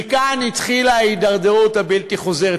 מכאן התחילה ההידרדרות הבלתי-חוזרת,